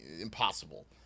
impossible